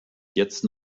jetzt